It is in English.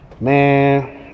Man